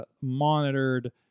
monitored